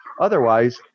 otherwise